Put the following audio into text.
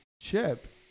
chip